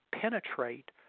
penetrate